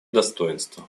достоинство